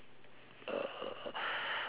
err